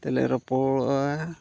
ᱛᱮᱞᱮ ᱨᱚᱯᱚᱲᱚᱜᱼᱟ